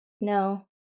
no